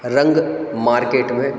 रंग मार्केट में